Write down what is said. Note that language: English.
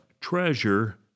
treasure